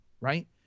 right